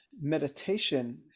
meditation